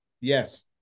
yes